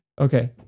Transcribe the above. Okay